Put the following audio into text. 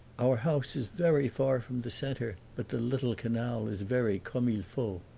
our house is very far from the center, but the little canal is very comme il faut.